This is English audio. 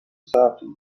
thirties